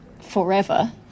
forever